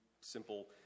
simple